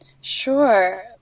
Sure